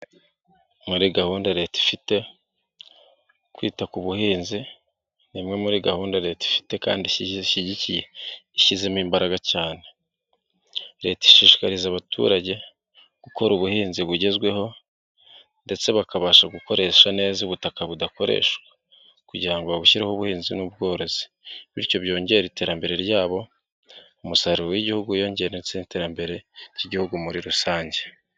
Muri gahunda leta ifite kwita ku buhinzi ni imwe muri gahunda leta ifite kandi zishyigikiye ishyizemo imbaraga cyane. Leta ishishikariza abaturage gukora ubuhinzi bugezweho ndetse bakabasha gukoresha neza ubutaka budakoreshwa kugira ngo babushyireho ubuhinzi n'ubworozi bityo byongera iterambere ryabo, umusaruro w'igihugu wiyongere ndetse iterambere ry'igihugu muri rusange.